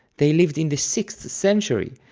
they lived in the sixth century,